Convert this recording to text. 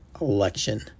election